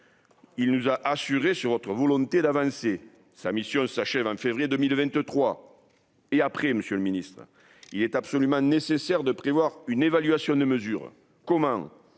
il nous a assuré sur votre volonté d'avancer sa mission s'achève en février 2023 et après Monsieur le Ministre, il est absolument nécessaire de prévoir une évaluation, de mesures commun